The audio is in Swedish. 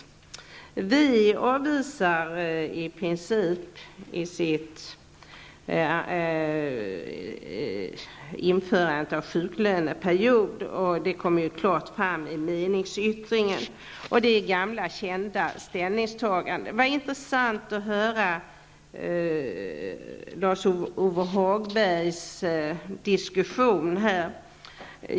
Vänsterpartiet avvisar i princip införandet av en sjuklöneperiod, vilket klart framgår av deras meningsyttring. Det är gamla och kända ställningstaganden. Det var intressant att höra Lars-Ove Hagbergs resonemang.